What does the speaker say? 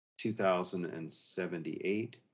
2078